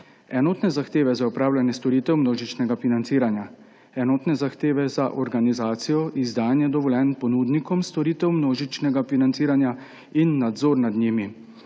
enotne zahteve za opravljanje storitev množičnega financiranja, enotne zahteve za organizacijo, izdajanje dovoljenj ponudnikom storitev množičnega financiranja in nadzor nad njimi,